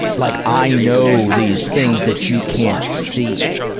like, i know these things that you can't see.